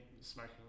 smoking